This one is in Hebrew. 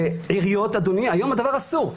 בעיריות, היום הדבר אסור.